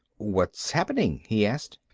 what's happening? he asked.